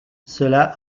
cela